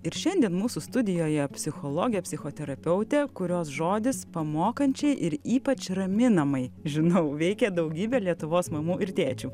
ir šiandien mūsų studijoje psichologė psichoterapeutė kurios žodis pamokančiai ir ypač raminamai žinau veikia daugybę lietuvos mamų ir tėčių